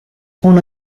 uno